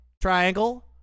Triangle